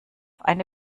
eine